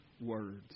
words